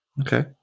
Okay